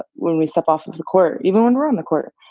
ah when we step off of the court, even when we're on the court.